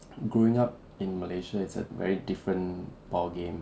growing up in malaysia is a very different ball game